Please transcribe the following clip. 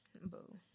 Boo